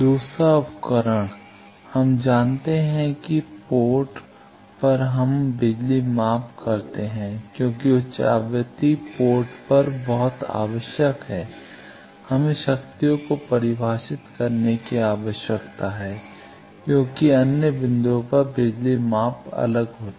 दूसरा उपकरण हम जानते हैं कि पोर्ट पर हम बिजली माप करते हैं क्योंकि उच्च आवृत्ति पोर्ट पर बहुत आवश्यक है हमें शक्तियों को परिभाषित करने की आवश्यकता है क्योंकि अन्य बिंदुओं पर बिजली माप अलग होगा